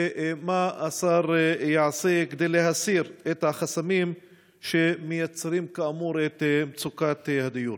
2. מה השר יעשה כדי להסיר החסמים שמייצרים כאמור את מצוקת דיור?